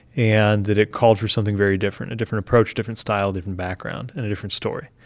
and that it called for something very different a different approach, different style, different background and a different story.